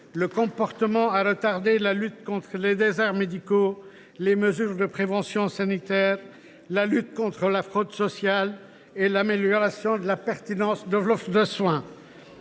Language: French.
leur comportement a retardé la lutte contre les déserts médicaux, la mise en place de mesures de prévention sanitaire, la lutte contre la fraude sociale et l’amélioration de la pertinence de l’offre